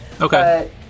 Okay